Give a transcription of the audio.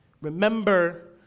Remember